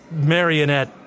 marionette